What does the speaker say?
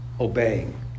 obeying